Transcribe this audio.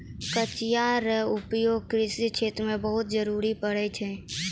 कचिया रो उपयोग कृषि क्षेत्र मे बहुत जरुरी पड़ै छै